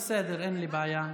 בסדר, אין לי בעיה.